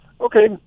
Okay